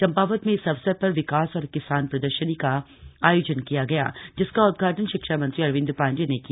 चंपावत में इस अवसर पर विकास और किसान प्रदर्शनी का आयोजन किया गया जिसका उदघाटन शिक्षा मंत्री अरविंद पांडे ने किया